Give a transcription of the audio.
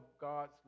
God's